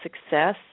success